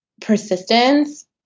persistence